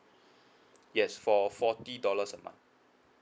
yes for forty dollars a month